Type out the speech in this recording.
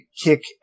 kick